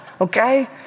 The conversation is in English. okay